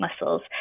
muscles